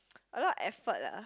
a lot effort lah